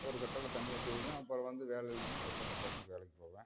ஒரு கட்டடம் தனியாக செய்வேன் அப்புறம் வந்து வேலை இல்லைனா திரும்ப சம்பளத்துக்கு வேலைக்குப் போவேன்